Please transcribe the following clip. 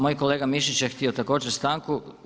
Moj kolega Mišić je htio također stanku.